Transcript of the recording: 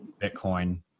Bitcoin